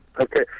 Okay